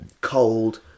cold